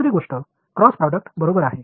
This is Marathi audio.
दुसरी गोष्ट क्रॉस प्रोडक्ट बरोबर आहे